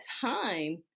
time